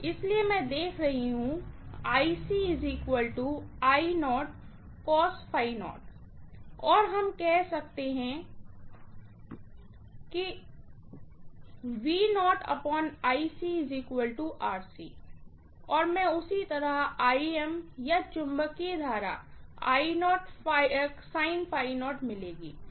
इसलिए मैं देख रहा हूं और हम कह सकते हैं की और मैं उसी तरह या मैग्नेटाज़िंग करंट मिलेगी